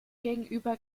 gegenüber